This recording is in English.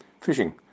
fishing